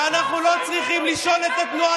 ואנחנו לא צריכים לשאול את התנועה